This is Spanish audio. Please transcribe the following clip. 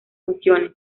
funciones